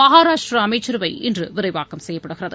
மகாராஷ்டிராஅமைச்சரவை இன்றுவிரிவாக்கம் செய்யப்படுகிறது